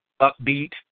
upbeat